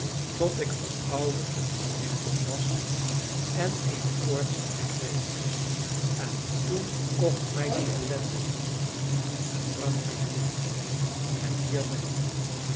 tot ik verouderd en gerimpeld was en eene koortsziekte kreeg en toen kocht mij die ellendeling en bracht mij hier en hier ben ik